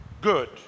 good